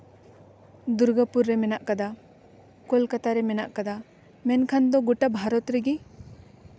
ᱫᱩᱨᱜᱟᱹᱯᱩᱨ ᱨᱮ ᱢᱮᱱᱟᱜ ᱠᱟᱫᱟ ᱠᱳᱞᱠᱟᱛᱟ ᱨᱮ ᱢᱮᱱᱟᱜ ᱠᱟᱫᱟ ᱢᱮᱱᱠᱷᱟᱱ ᱫᱚ ᱜᱚᱴᱟ ᱵᱷᱟᱨᱚᱛ ᱨᱮᱜᱮ